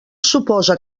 suposa